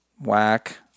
Whack